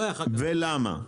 למה?